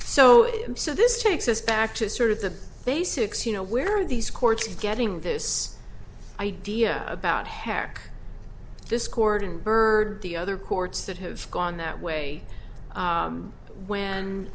so so this takes us back to sort of the basics you know where are these courts getting this idea about hack this cordon byrd the other courts that have gone that way when